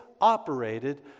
operated